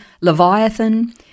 Leviathan